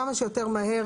כמה שיותר מהר.